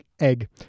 Egg